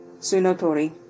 Sunotori